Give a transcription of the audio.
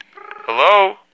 Hello